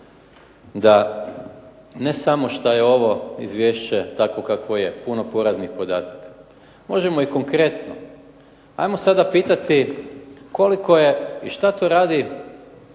da ne samo što je ovo izvješće takvo kakvo je puno poraznih podataka. Možemo i konkretno. Hajmo sada pitati koliko je i šta to radi